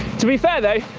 to be fair though,